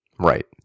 Right